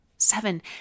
Seven